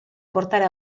portare